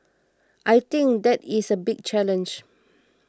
I think that is a big challenge